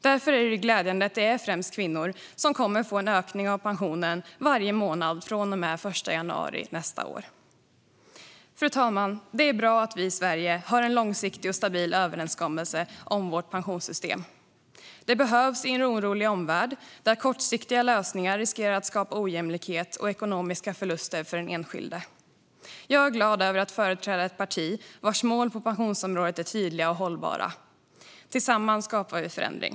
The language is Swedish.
Därför är det glädjande att främst kvinnor kommer att få en ökning av pensionen varje månad från och med den 1 januari nästa år. Fru talman! Det är bra att vi i Sverige har en långsiktig och stabil överenskommelse om vårt pensionssystem. Det behövs i en orolig omvärld där kortsiktiga lösningar riskerar att skapa ojämlikhet och ekonomiska förluster för den enskilde. Jag är glad över att företräda ett parti vars mål på pensionsområdet är tydliga och hållbara. Tillsammans skapar vi förändring.